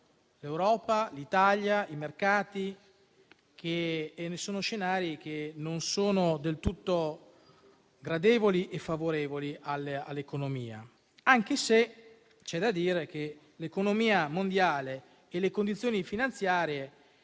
l'Europa, l'Italia ed i mercati. Sono scenari non del tutto gradevoli e favorevoli all'economia, anche se c'è da dire che l'economia mondiale e le condizioni finanziarie